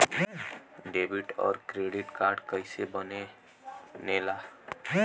Debit और credit card कईसे बने ने ला?